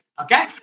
okay